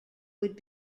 would